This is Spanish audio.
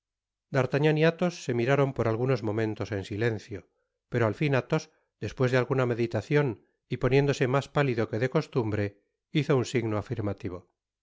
y athos se miraron por algunos momentos en silencio pero al fin athos despues de alguna meditacion y poniéndose mas pálido que de costumbre hizo un signo afirmativo